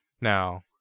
now